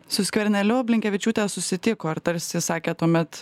su skverneliu blinkevičiūtė susitiko ir tarsi sakė tuomet